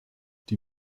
die